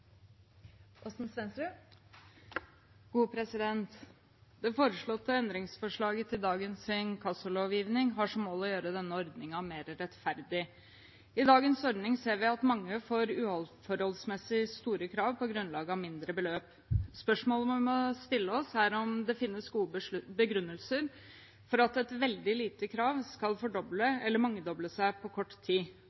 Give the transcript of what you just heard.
dagens inkassolovgivning har som mål å gjøre denne ordningen mer rettferdig. I dagens ordning ser vi at mange får uforholdsmessig store krav på grunnlag av mindre beløp. Spørsmålet vi må stille oss, er om det finnes gode begrunnelser for at et veldig lite krav skal fordoble